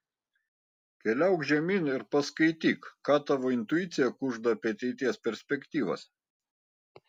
keliauk žemyn ir paskaityk ką tavo intuicija kužda apie ateities perspektyvas